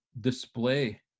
display